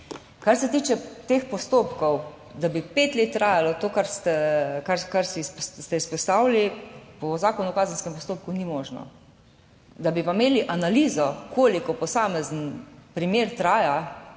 Kar se tiče teh postopkov, da bi pet let trajalo to, kar ste izpostavili, po Zakonu o kazenskem postopku ni možno. Da bi pa imeli analizo, koliko posamezen primer traja,